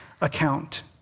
account